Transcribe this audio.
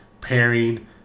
pairing